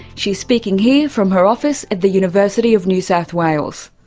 she's speaking here from her office at the university of new south wales.